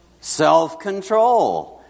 self-control